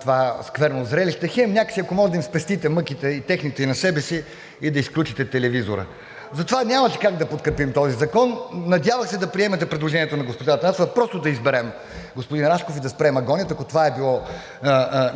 това скверно зрелище, хем някак си, ако можете, да им спестите мъките – и техните, и на себе си, и да изключите телевизора. Затова нямаше как да подкрепим този закон. Надявах се да приемете предложението на госпожа Атанасова просто да изберем господин Рашков и да спрем агонията, ако това е било